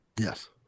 Yes